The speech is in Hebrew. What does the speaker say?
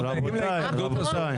רבותיי,